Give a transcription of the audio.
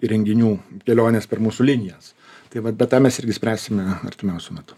įrenginių kelionės per mūsų linijas tai vat bet tą mes irgi spręsime artimiausiu metu